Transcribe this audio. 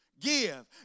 Give